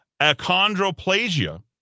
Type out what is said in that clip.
achondroplasia